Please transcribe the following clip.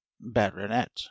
baronet